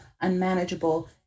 unmanageable